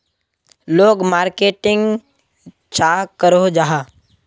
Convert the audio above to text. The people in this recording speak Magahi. लोग मार्केटिंग चाँ करो जाहा?